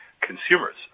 consumers